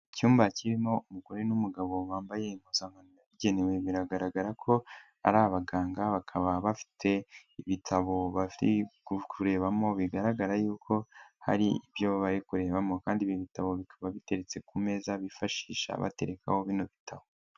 Icyumba kirimo umugore n'umugabo bambaye impuzankano yabigenewe, biragaragara ko ari abaganga, bakaba bafite ibitabo kurebamo bigaragara yuko hari ibyo bari kurebamo kandi ibi bitabo bikaba biteretse ku meza bifashisha baterekaho bino bitabo.